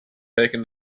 taking